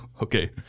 Okay